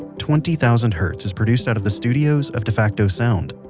twenty thousand hertz is produced out of the studios of defacto sound.